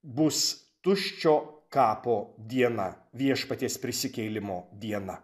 bus tuščio kapo diena viešpaties prisikėlimo diena